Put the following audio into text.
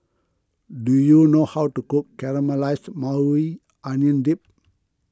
do you know how to cook Caramelized Maui Onion Dip